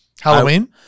Halloween